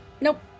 Nope